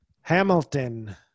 Hamilton